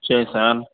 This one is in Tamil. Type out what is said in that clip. சரி சார்